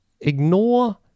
ignore